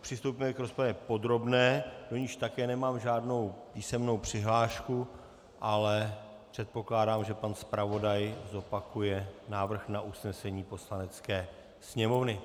Přistoupíme k rozpravě podrobné, do níž také nemám žádnou písemnou přihlášku, ale předpokládám, že pan zpravodaj zopakuje návrh na usnesení Poslanecké sněmovny.